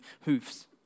hoofs